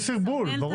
זה מסרבל את